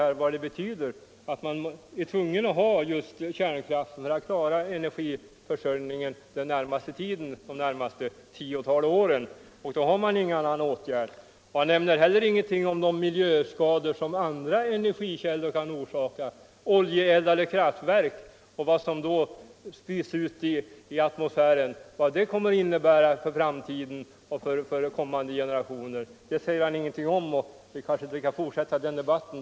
För att klara denna är man tvungen att ha kärnkraften det närmaste tiotalet år. Det finns inget annat alternativ. Han nämner heller ingenting om de miljöskador som andra energikällor kan förorsaka, t.ex. vad det som spys ut i atmosfären från oljeeldade kraftverk kan komma att innebära i framtiden, bl.a. för kommande generationer. Vi kanske inte heller skall fortsätta den debatten.